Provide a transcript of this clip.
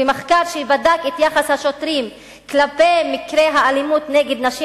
מחקר שבדק את יחס השוטרים כלפי מקרי האלימות נגד נשים